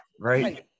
Right